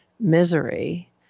misery